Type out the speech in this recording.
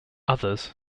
others